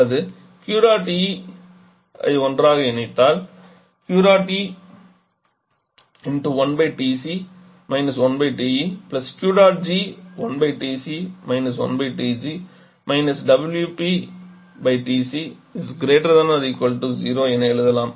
அல்லது Q dot E ஐ ஒன்றாக இணைத்தால் என எழுதலாம்